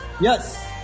Yes